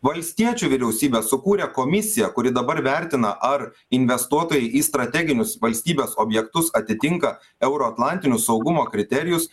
valstiečių vyriausybė sukūrė komisiją kuri dabar vertina ar investuotojai į strateginius valstybės objektus atitinka euroatlantinius saugumo kriterijus